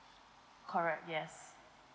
correct yes